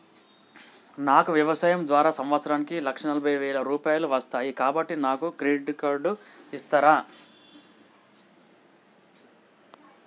నాకు వ్యవసాయం ద్వారా సంవత్సరానికి లక్ష నలభై వేల రూపాయలు వస్తయ్, కాబట్టి నాకు క్రెడిట్ కార్డ్ ఇస్తరా?